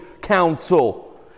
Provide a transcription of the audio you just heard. council